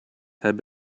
have